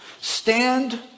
Stand